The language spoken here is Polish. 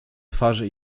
twarzy